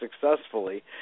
successfully